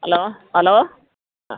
hello hello ആ